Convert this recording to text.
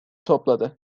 topladı